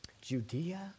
Judea